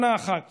שנה אחת